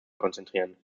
konzentrieren